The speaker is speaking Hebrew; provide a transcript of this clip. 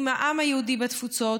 עם העם היהודי בתפוצות,